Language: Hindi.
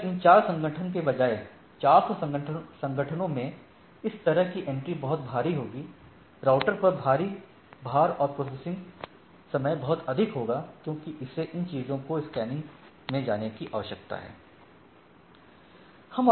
अगर इन 4 संगठन के बजाय 400 संगठनों में इस तरह की एंट्री बहुत भारी होगी राउटर पर भारी भार और प्रोसेसिंग समय बहुत अधिक होगा क्योंकि इसे इन चीजों की स्कैनिंग में जाने की आवश्यकता है